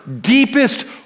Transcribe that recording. deepest